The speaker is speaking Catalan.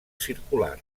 circular